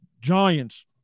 giants